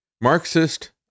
Marxist